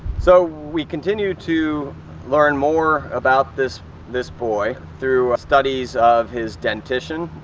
so we continue to learn more about this this boy through studies of his dentition.